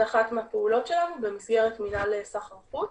זו אחת הפעולות שלנו במסגרת מינהל סחר חוץ.